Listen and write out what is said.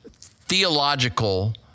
theological